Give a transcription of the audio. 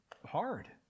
hard